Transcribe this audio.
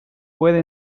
puede